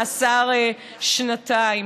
מאסר שנתיים".